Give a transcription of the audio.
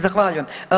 Zahvaljujem.